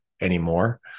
anymore